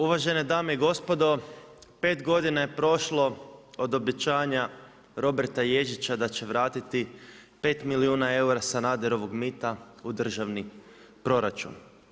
Uvažene dame i gospodo, 5 godina je prošlo, od obećanja Roberta Ježića da će vratiti 5 milijuna eura Sanaderovog mita u državni proračun.